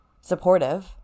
supportive